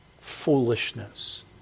foolishness